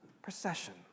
procession